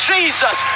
Jesus